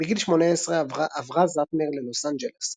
בגיל 18 עברה זהטנר ללוס אנג'לס.